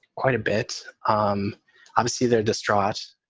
quite a bit. um obviously, they're distraught.